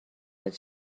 that